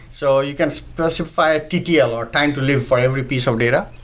so you can specify ttl or time to leave for every piece of data.